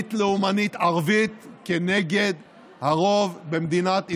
פלילית לאומנית ערבית כנגד הרוב במדינת ישראל,